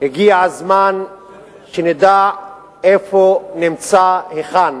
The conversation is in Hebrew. הגיע הזמן שנדע איפה נמצא, היכן.